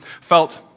felt